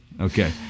okay